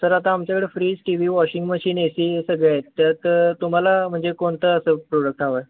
sir आता आमच्याकडे fridge TV washing machine AC हे सगळे आहेत त्यात तुम्हाला म्हणजे कोणतं असं प्रोडक्ट हवं आहे